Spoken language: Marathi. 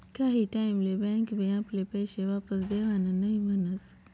काही टाईम ले बँक बी आपले पैशे वापस देवान नई म्हनस